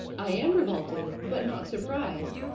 i am revolted, but not surprised.